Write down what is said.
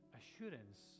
assurance